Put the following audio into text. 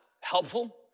helpful